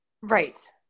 Right